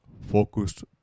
focused